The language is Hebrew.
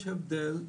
יש הבדל,